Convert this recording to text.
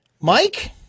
Mike